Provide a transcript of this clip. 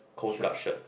coast guard shirt